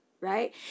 right